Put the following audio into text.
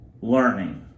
learning